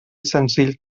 senzill